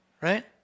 right